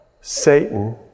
Satan